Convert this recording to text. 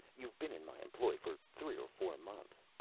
you've been in my employ for three or four months.